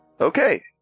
Okay